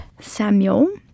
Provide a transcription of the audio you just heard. Samuel